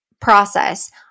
process